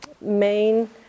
main